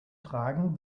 tragen